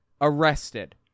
arrested